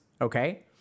Okay